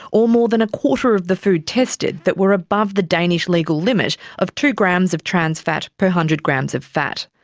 or more than a quarter of the food tested, that were above the danish legal limit of two grams of trans fat per one hundred grams of fat.